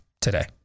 today